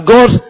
God